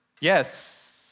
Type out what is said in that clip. Yes